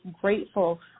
grateful